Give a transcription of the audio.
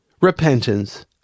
repentance